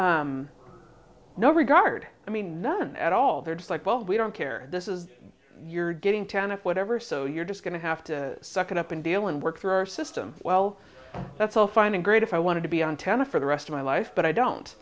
s no regard i mean none at all they're just like well we don't care this is you're getting tannic whatever so you're just going to have to suck it up and deal and work through our system well that's all fine and great if i want to be on tennis for the rest of my life but i don't